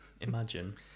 Imagine